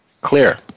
Clear